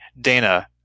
Dana